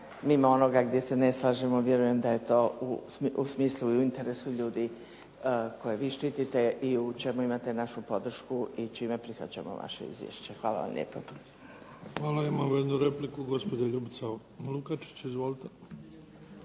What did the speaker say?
mimo onoga gdje se ne slažemo. Vjerujem da je to u smislu i u interesu ljudi koje vi štitite i u čemu imate našu podršku i čime prihvaćamo vaše izvješće. Hvala vam lijepo. **Bebić, Luka (HDZ)** Hvala. Imamo jednu repliku, gospođa Ljubica Lukačić. Izvolite.